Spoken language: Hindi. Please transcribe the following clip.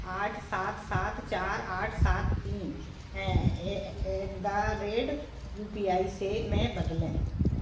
आठ सात सात चार आठ सात तीन at the rate U P I से में बदलें